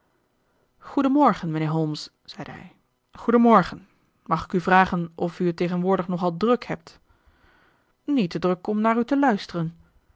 morgen mijnheer holmes zeide hij goeden morgen mag ik u vragen of u het tegenwoordig nog al druk hebt niet te druk om naar u te luisteren